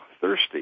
thirsty